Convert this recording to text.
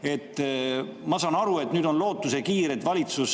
Ma saan aru, et nüüd on lootusekiir, et valitsus